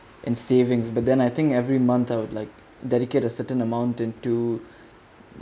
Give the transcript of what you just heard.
and savings but then I think every month I would like dedicate a certain amount into